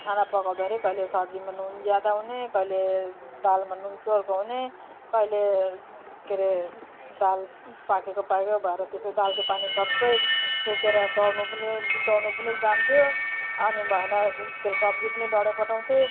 खाना पकाउँदाखेरि कहिले सब्जीमा नुन ज्यादा हुने कहिले दालमा नुन चर्को हुने कहिले के अरे दाल पाकेको पाकेको भएर त्यसको दालको पानी सबै सुकेर डढ्नु डढ्नु पनि जान्थ्यो अनि भएन के अरे सब्जी पनि डढाइ पठाउँथ्ये